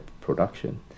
production